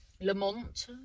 Lamont